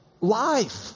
life